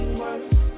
worse